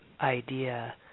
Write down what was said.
idea